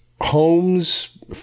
homes